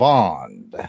Bond